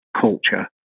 culture